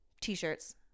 T-shirts